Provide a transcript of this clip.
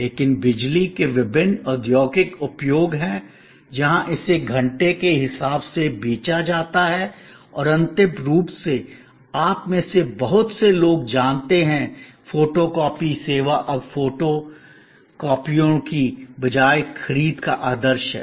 लेकिन बिजली के विभिन्न औद्योगिक उपयोग हैं जहां इसे घंटे के हिसाब से बेचा जाता है और अंतिम रूप से आप में से बहुत से लोग जानते हैं कि फोटो कॉपी सेवा अब फोटोकॉपीअरों के बजाय खरीद का आदर्श है